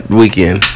weekend